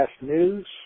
News